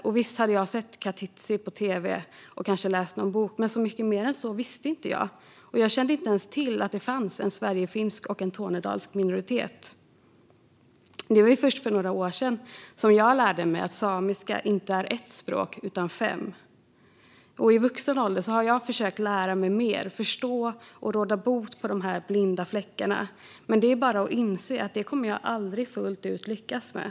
Och visst hade jag sett Katitzi på tv och kanske läst någon bok, men mycket mer än så visste jag inte. Jag kände inte ens till att det fanns en sverigefinsk och en tornedalsk minoritet. Och det var först för några år sedan som jag lärde mig att samiska inte är ett språk utan fem. I vuxen ålder har jag försökt lära mig mer, förstå och råda bot på dessa blinda fläckar, men det är bara att inse att det kommer jag aldrig fullt ut att lyckas med.